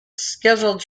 scheduled